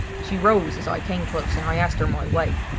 she rose as i came close and i asked her my way.